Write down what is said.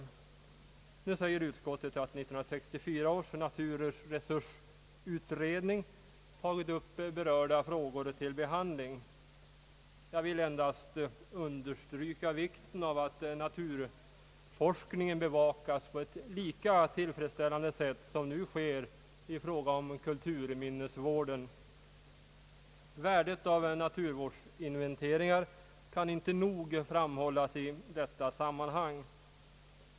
Utskottet säger att 1964 års naturresursutredning tagit upp berörda frågor till behandling. Jag vill endast understryka vikten av att naturforskningen bevakas på ett lika tillfredsställande sätt som nu sker i fråga om kulturminnesvården. Värdet av naturvårdsinventeringar kan inte nog framhållas i detta sammanhang.